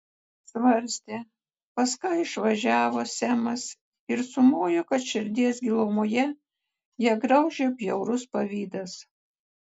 svarstė pas ką išvažiavo semas ir sumojo kad širdies gilumoje ją graužia bjaurus pavydas